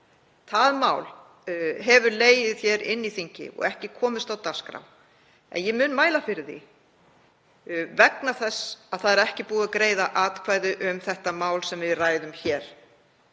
Það mál hefur legið hér í þinginu og ekki komist á dagskrá. Ég mun mæla fyrir því vegna þess að ekki er búið að greiða atkvæði um það mál sem við ræðum hér